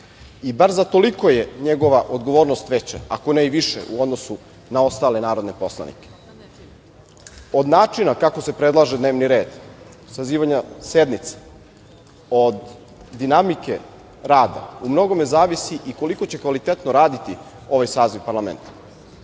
i bar za toliko je njegova odgovornost veća, ako ne i više u odnosu na ostale narodne poslanike. Od načina kako se predlaže dnevni red, sazivanja sednice, od dinamike rada u mnogome zavisi i koliko će kvalitetno raditi ovaj saziv Parlamenta. Pred